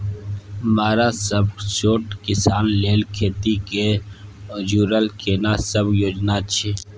मरा सब छोट किसान लेल खेती से जुरल केना सब योजना अछि?